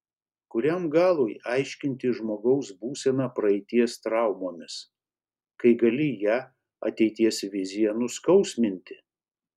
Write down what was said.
kuriam galui aiškinti žmogaus būseną praeities traumomis kai gali ją ateities vizija nuskausminti